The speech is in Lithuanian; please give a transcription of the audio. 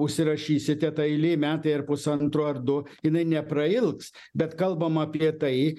užsirašysite ta eilė metai ar pusantro ar du jinai neprailgs bet kalbam apie tai